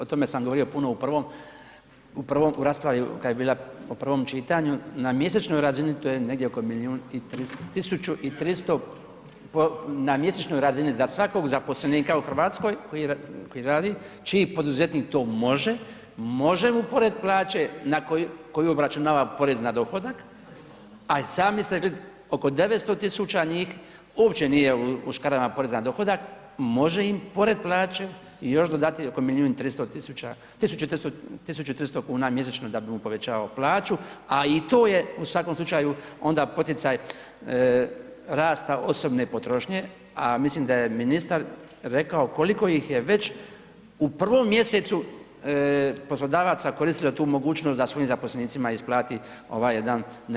O tome sam govorio puno u prvom, u prvom, u raspravi kada je bila u prvom čitanju, na mjesečnoj razini to je negdje oko milijun i 300, tisuću i 300, na mjesečnoj razini za svakog zaposlenika u Hrvatskoj koji radi čiji poduzetnik to može, može upored plaće na koju obračunava porez na dohodak, a i sami ste rekli oko 900.000 njih uopće nije u škarama poreza na dohodak, može im pored plaće i još dodati oko milijun i 300 tisuća, 1.300 kuna mjesečno da bi mu povećao plaću, a i to je u svakom slučaju onda poticaj rasta osobne potrošnje, a mislim da je ministar rekao koliko ih je već u prvom mjesecu poslodavaca koristilo tu mogućnost da svojim zaposlenicima isplati ovaj jedan neoporezivi primitak.